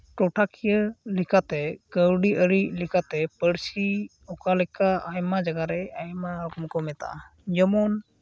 ᱴᱚᱴᱷᱟᱠᱤᱭᱟᱹ ᱞᱮᱠᱟᱛᱮ ᱠᱟᱹᱣᱰᱤ ᱟᱹᱨᱤ ᱞᱮᱠᱟᱛᱮ ᱯᱟᱹᱨᱥᱤ ᱚᱠᱟᱞᱮᱠᱟ ᱟᱭᱢᱟ ᱡᱟᱭᱜᱟ ᱨᱮ ᱟᱭᱢᱟ ᱠᱚ ᱢᱮᱛᱟᱜᱼᱟ ᱡᱮᱢᱚᱱ